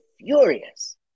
furious